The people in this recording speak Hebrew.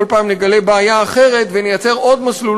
כל פעם נגלה אחרת ונייצר עוד מסלול